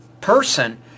person